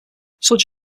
such